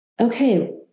okay